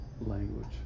language